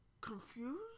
confused